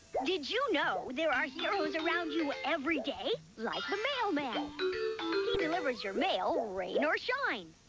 did you know, there are heroes around you every day? like the mailman! he delivers your mail rain or shine.